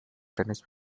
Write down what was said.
tennis